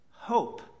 hope